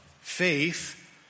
faith